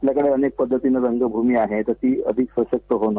आपल्याकडे अनेक पद्धतीनं रंगभूमी आहे ती अधिक सशक्त होणं